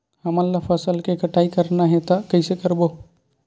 हमन ला फसल के कटाई करना हे त कइसे करबो?